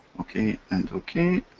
ok, and ok.